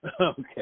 Okay